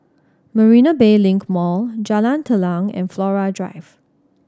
Marina Bay Link Mall Jalan Telang and Flora Drive